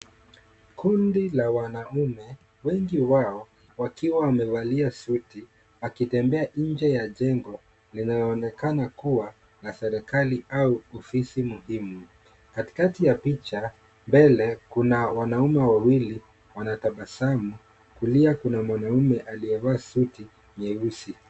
Kundi la wanaume wengi wao wakiwa wamevalia suti wakitembea nje ya jengo linaloonekana kuwa na serikali au ofisi muhimu. Katikati ya picha, mbele kuna wanaume wawili wanaotabasamu, kulia kuna mwanaume aliyevalia suti nyeusi.